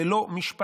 זה לא משפט.